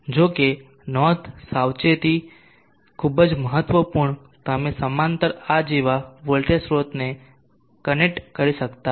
જો કે નોંધ સાવચેતી ખૂબ જ મહત્વપૂર્ણ તમે સમાંતર આ જેવા વોલ્ટેજ સ્ત્રોતને કનેક્ટ કરી શકતા નથી